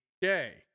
day